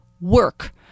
work